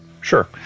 Sure